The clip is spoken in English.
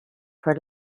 for